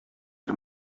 бер